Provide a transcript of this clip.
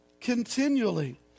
continually